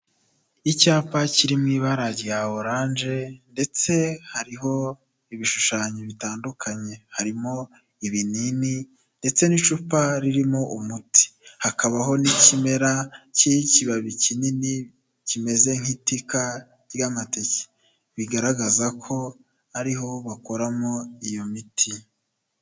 Icyapa kiri mu ibara rya oranje ndetse hariho ibishushanyo bitandukanye, harimo ibinini ndetse n'icupa ririmo umuti, hakabaho n'ikimera cy'ikibabi kinini kimeze nk'itika ry'amateke bigaragaza ko ariho bakoramo iyo miti.